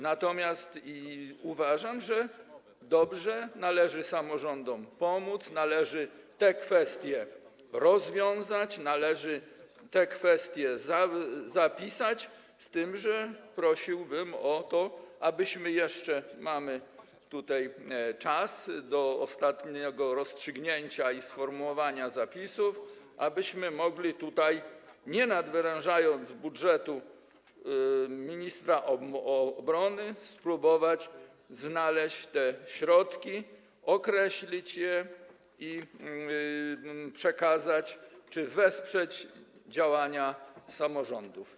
Natomiast uważam, że to dobrze, należy samorządom pomóc, należy te kwestie rozwiązać, należy te kwestie zapisać, z tym że prosiłbym o to, abyśmy jeszcze - mamy czas do ostatniego rozstrzygnięcia i sformułowania zapisów - mogli tutaj, nie nadwerężając budżetu ministra obrony, spróbować znaleźć te środki, określić je i przekazać czy wesprzeć działania samorządów.